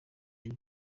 ijwi